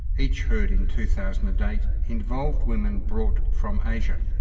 each heard in two thousand and eight, involved women brought from asia.